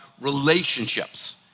relationships